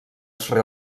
sri